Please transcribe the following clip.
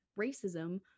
racism